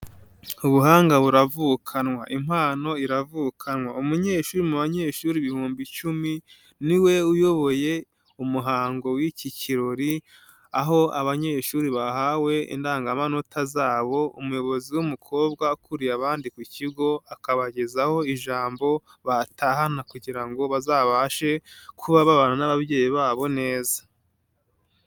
Ubuhanga buravukanwa, impano iravukanwa, umunyeshuri mu banyeshuri ibihumbi icumi niwe uyoboye umuhango w'iki kirori, aho abanyeshuri bahawe indangamanota zabo, umuyobozi w'umukobwa akuriye abandi ku kigo akabagezaho ijambo batahana kugira ngo bazabashe kuba babana n'ababyeyi babo neza.